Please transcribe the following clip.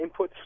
inputs